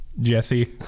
Jesse